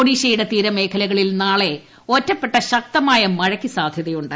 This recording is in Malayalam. ഒഡീഷയുടെ തീരമേഖലകളിൽ നാളെ ഒറ്റപ്പെട്ട ശക്തമായ മഴക്ക് സാധ്യതയുണ്ട്